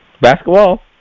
Basketball